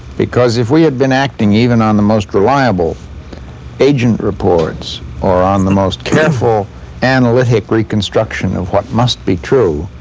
because if we had been acting even on the most reliable agent reports or on the most careful analytic reconstruction of what must be true,